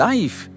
Life